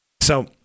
So-